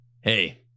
Hey